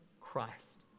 Christ